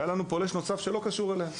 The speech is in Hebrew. והיה לנו פולש נוסף שלא היה קשור אליהם,